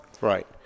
right